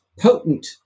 potent